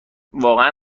واقعا